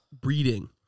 Breeding